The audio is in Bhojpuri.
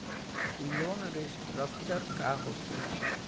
ई लोन रीस्ट्रक्चर का होखे ला?